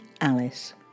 Alice